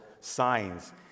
signs